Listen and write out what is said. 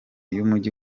y’umujyi